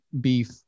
beef